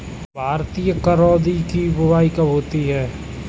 भारतीय करौदे की बुवाई कब होती है?